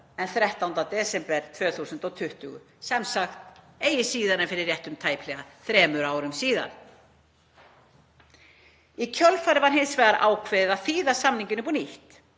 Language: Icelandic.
en 13. desember 2020.“ — Sem sagt eigi síðar en fyrir réttum tæplega þremur árum síðan. Í kjölfarið var hins vegar ákveðið að þýða samninginn upp á nýtt.